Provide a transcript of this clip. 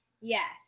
Yes